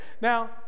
Now